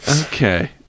Okay